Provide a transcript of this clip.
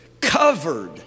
covered